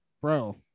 bro